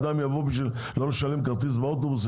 אדם יבוא עם כיסא גלגלים כדי לא לשלם כרטיס באוטובוס?